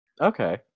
Okay